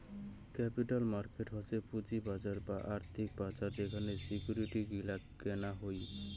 capital market হসে পুঁজির বাজার বা আর্থিক বাজার যেখানে সিকিউরিটি গিলা কেনা হই